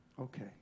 okay